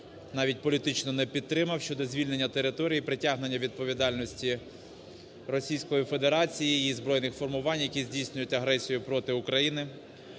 навіть політично не підтримав: щодо звільнення території, притягнення відповідальності Російської Федерації і її збройних формувань, які здійснюють агресію проти України.